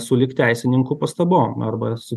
sulig teisininkų pastabom arba su